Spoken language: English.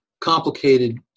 complicated